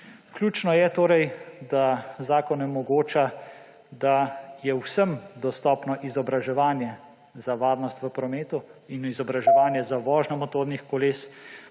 Ključno je torej, da zakon omogoča, da je vsem dostopno izobraževanje za varnost v prometu in da izobraževanje za vožnjo motornih koles